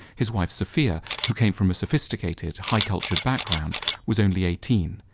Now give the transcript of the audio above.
his wife sophia, who came from a sophisticated high-cultured background was only eighteen.